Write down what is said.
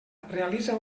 realitza